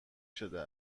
شده